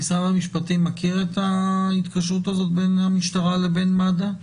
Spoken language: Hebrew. משרד המשפטים מכיר את ההתקשרות הזאת בין משרד הבט"פ לבין מד"א?